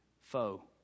foe